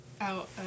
out